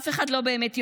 אף אחד לא באמת יודע.